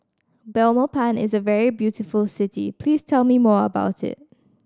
Belmopan is a very beautiful city Please tell me more about it